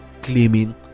claiming